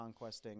conquesting